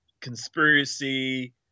conspiracy